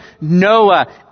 Noah